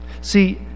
See